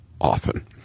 often